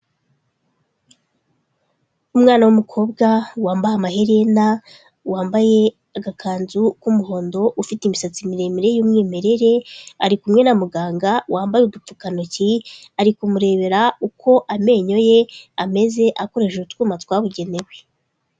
Umwana w'umukobwa, wambaye amaherena, wambaye agakanzu k'umuhondo, ufite imisatsi miremire y'umwimerere, ari kumwe na muganga wambaye udupfukantoki, ari kumurebera uko amenyo ye ameze akoresheje utwuma twabugenewe.